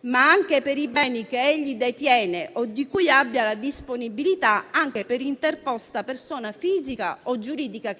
ma anche per i beni che egli detiene o di cui abbia la disponibilità per interposta persona, fisica o giuridica.